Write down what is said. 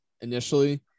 initially